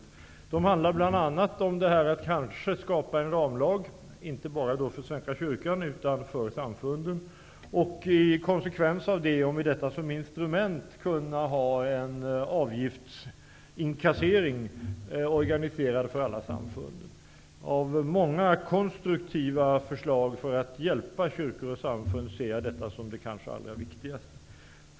Diskussionerna handlar bl.a. om att man kanske skall skapa en ramlag, inte bara för Svenska kyrkan utan även för samfunden, för att man med denna ramlag som instrument skall kunna införa en avgiftsinkassering, organiserad för alla samfund. Av många konstruktiva förslag för att hjälpa kyrkor och samfund ser jag detta som det kanske allra viktigaste.